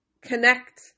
connect